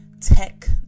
tech